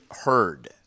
heard